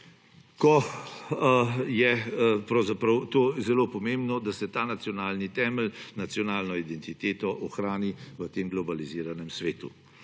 ko je pravzaprav to zelo pomembno, da se ta nacionalni temelj, nacionalno identiteto ohrani v tem globaliziranem svetu.